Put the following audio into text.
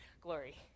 glory